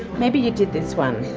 maybe you did this one,